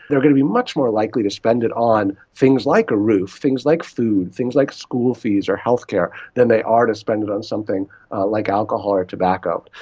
they are going to be much more likely to spend it on things like a roof, things like food, things like school fees or healthcare than they are to spend it on something like alcohol or tobacco.